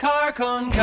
Carcon